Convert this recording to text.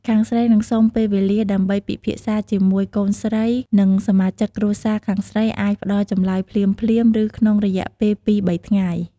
ខាងស្រីនឹងសុំពេលវេលាដើម្បី ពិភាក្សា ជាមួយកូនស្រី និងសមាជិកគ្រួសារ ខាងស្រីអាចផ្តល់ចម្លើយភ្លាមៗ ឬក្នុងរយៈពេលពីរបីថ្ងៃ។